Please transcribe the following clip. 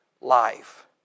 life